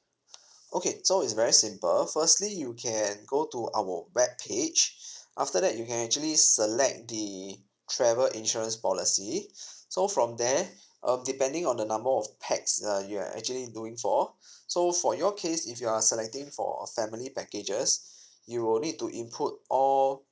okay so it's very simple firstly you can go to our web page after that you can actually select the travel insurance policy so from there um depending on the number of pax uh you are actually doing for so for your case if you are selecting for family packages you will need to input all